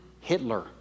Hitler